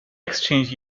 exchange